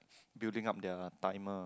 building up their timer